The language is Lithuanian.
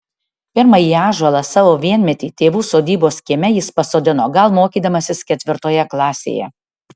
pirmąjį ąžuolą savo vienmetį tėvų sodybos kieme jis pasodino gal mokydamasis ketvirtoje klasėje